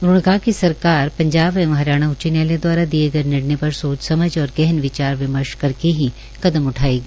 उन्होंने कहा कि सरकार पंजाब एवं हरियाणा उच्च न्यायालय दवारा दवारा दिए गए निर्णय पर सोच समझ और गहन विचार विमर्श करके ही कदम उठायेगी